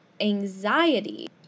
anxiety